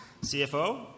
CFO